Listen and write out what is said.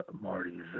Marty's